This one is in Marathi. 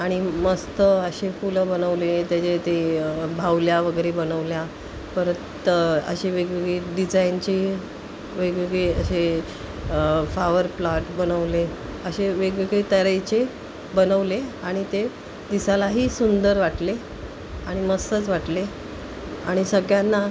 आणि मस्त असे फुलं बनवले त्याचे ते बाहुल्या वगैरे बनवल्या परत अशी वेगवेगळी डिझाईनची वेगवेगळे असे फॉवर प्लाट बनवले असे वेगवेगळे तऱ्हेचे बनवले आणि ते दिसायलाही सुंदर वाटले आणि मस्तच वाटले आणि सगळ्यांना